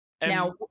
Now